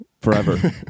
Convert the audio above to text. forever